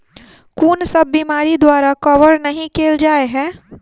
कुन सब बीमारि द्वारा कवर नहि केल जाय है?